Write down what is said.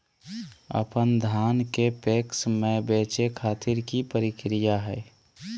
अपन धान के पैक्स मैं बेचे खातिर की प्रक्रिया हय?